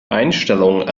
einstellungen